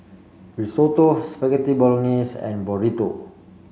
Risotto Spaghetti Bolognese and Burrito